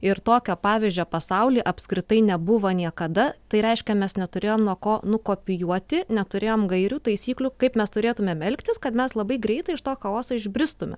ir tokio pavyzdžio pasauly apskritai nebuvo niekada tai reiškia mes neturėjom nuo ko nukopijuoti neturėjom gairių taisyklių kaip mes turėtumėm elgtis kad mes labai greitai iš to chaoso išbristume